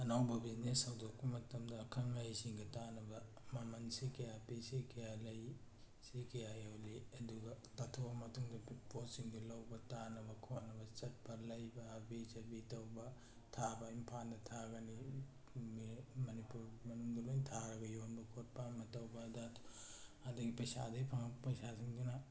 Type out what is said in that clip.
ꯑꯅꯧꯕ ꯕꯤꯖꯤꯅꯦꯁ ꯍꯧꯗꯣꯛꯄ ꯃꯇꯝꯗ ꯑꯈꯪ ꯑꯍꯩꯁꯤꯡꯒ ꯇꯥꯟꯅꯕ ꯃꯃꯟꯁꯤ ꯀꯌꯥ ꯄꯤ ꯁꯤ ꯀꯌꯥ ꯂꯩ ꯁꯤ ꯀꯌꯥ ꯌꯣꯜꯂꯤ ꯑꯗꯨꯒ ꯄꯥꯊꯣꯛꯑ ꯃꯇꯨꯡꯗ ꯄꯣꯠꯁꯤꯡꯗꯨ ꯂꯧꯕ ꯇꯥꯅꯕ ꯈꯣꯠꯅꯕ ꯆꯠꯄ ꯂꯩꯕ ꯍꯥꯕꯤ ꯆꯥꯕꯤ ꯇꯧꯕ ꯊꯥꯕ ꯏꯝꯐꯥꯜꯗ ꯊꯥꯒꯅꯤ ꯃꯅꯤꯄꯨꯔ ꯃꯅꯨꯡꯗ ꯂꯣꯏ ꯊꯥꯔꯒ ꯌꯣꯟꯕ ꯈꯣꯠꯄ ꯑꯃ ꯇꯧꯕꯗ ꯑꯗꯩ ꯄꯩꯁꯥ ꯑꯗꯒꯤ ꯐꯪꯉꯛꯄ ꯄꯩꯁꯥꯁꯤꯡꯗꯨꯅ